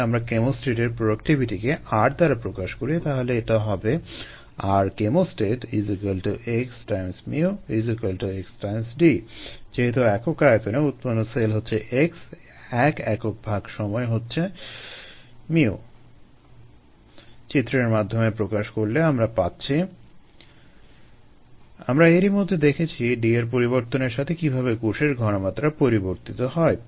যদি আমরা কেমোস্ট্যাটের প্রোডাক্টিভিটিকে R দ্বারা প্রকাশ করি তাহলে এটা হবে Rchemostat x x D যেহেতু একক আয়তনে উৎপন্ন সেল হচ্ছে x এক একক ভাগ সময় হচ্ছে µ চিত্রের মাধ্যমে প্রকাশ করলে আমরা পাচ্ছি আমরা এরই মধ্যে দেখেছি d এর পরিবর্তনের সাথে কীভাবে কোষ ঘনমাত্রা পরিবর্তিত হয়